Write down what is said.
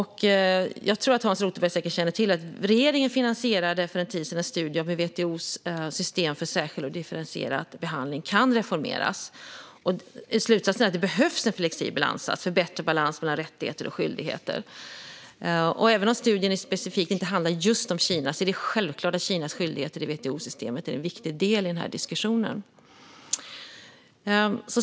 Jag tror att Hans Rothenberg känner till att regeringen för en tid sedan finansierade en studie om hur WTO:s system för särskild och differentierad behandling kan reformeras. Slutsatsen är att det behövs en flexibel ansats för bättre balans mellan rättigheter och skyldigheter. Även om studien inte specifikt handlar om just Kina är det självklart att Kinas skyldigheter i WTO-systemet är en viktig del i denna diskussion.